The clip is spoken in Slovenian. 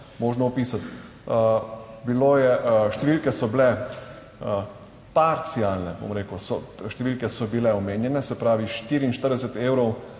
možno opisati. Bilo je, številke so bile parcialne, bom rekel so, številke so bile omenjene, se pravi 44 evrov